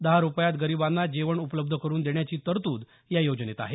दहा रूपयांत गरीबांना जेवण उपलब्ध करून देण्याची तरतूद या योजनेत आहे